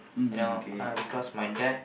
you know uh because my dad